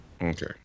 okay